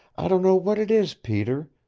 i don't know what it is, peter.